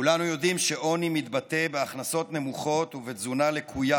כולנו יודעים שעוני מתבטא בהכנסות נמוכות ובתזונה לקויה.